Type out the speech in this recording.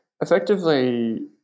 effectively